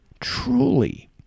truly